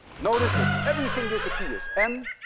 notice that everything disappears. m,